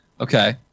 Okay